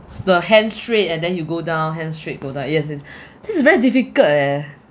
the hand straight and then you go down hand straight go down yes yes this is very difficult eh